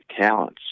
talents